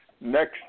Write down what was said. next